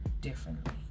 differently